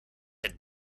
had